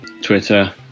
twitter